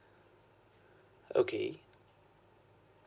okay